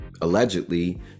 allegedly